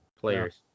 players